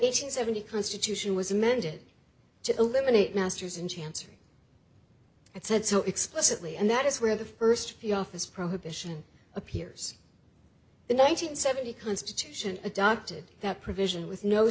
eighty seven the constitution was amended to eliminate masters and chancery it said so explicitly and that is where the first few office prohibition appears the nine hundred seventy constitution adopted that provision with no